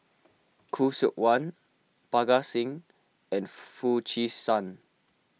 Khoo Seok Wan Parga Singh and Foo Chee San